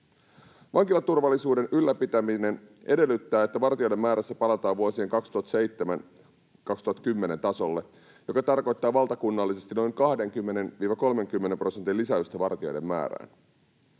Vankilaturvallisuuden ylläpitäminen edellyttää, että vartijoiden määrässä palataan vuosien 2007—2010 tasolle, mikä tarkoittaa valtakunnallisesti noin 20—30 prosentin lisäystä vartijoiden määrään.